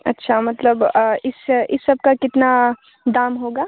अच्छा मतलब इस इस सबका कितना दाम होगा